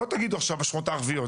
לא תגידו השכונות הערביות,